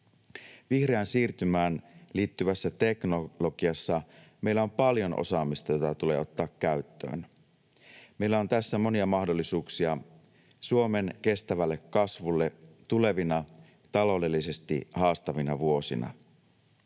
Vihreään siirtymään liittyvässä teknologiassa meillä on paljon osaamista, jota tulee ottaa käyttöön. Meillä on tässä monia mahdollisuuksia Suomen kestävälle kasvulle tulevina, taloudellisesti haastavina, vuosina.